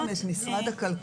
ויש גם את משרד הכלכלה,